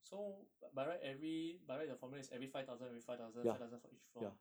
so b~ by right every by right the formula is every five thousand with five thousand five thousand for each floor